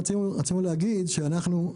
צריכים לבצע,